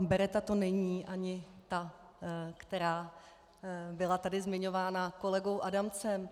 Beretta to není, ani ta, která tady byla zmiňována kolegou Adamcem.